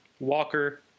Walker